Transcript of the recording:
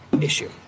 issue